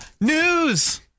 News